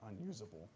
unusable